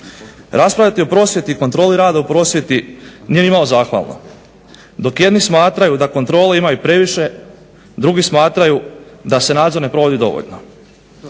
Raspravljati o prosvjeti i kontroli rada u prosvjeti nije nimalo zahvalno. Dok jedni smatraju da kontrolu imaju i previše, drugi smatraju da se nadzor ne provodi dovoljno.